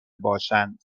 باشند